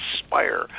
inspire